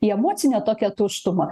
į emocinę tokią tuštumą